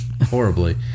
horribly